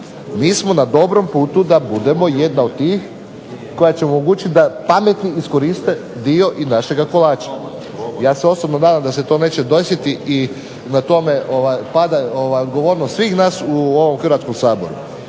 Mi smo na dobrom putu da budemo jedna od tih koja će omogućiti da pametni iskoriste dio i našega kolača. Ja se osobno nadam da se to neće desiti i na tome pada odgovornost svih nas u ovom Hrvatskom saboru.